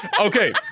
Okay